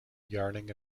yearning